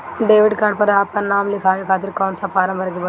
Debit card पर आपन नाम लिखाये खातिर कौन सा फारम भरे के पड़ेला?